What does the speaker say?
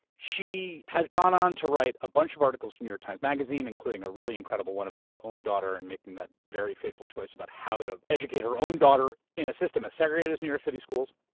she has gone onto write a bunch of articles of new york times magazine, including a really incredible one about her own daughter and making that very fateful choice about how to educate her own daughter in a system as segregated as new york city schools.